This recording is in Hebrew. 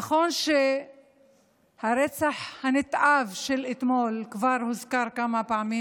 נכון שהרצח הנתעב של אתמול כבר הוזכר כמה פעמים